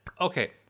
Okay